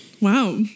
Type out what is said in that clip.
Wow